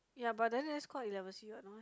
ya but then that's called eleven C what no meh